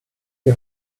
die